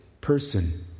person